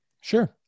Sure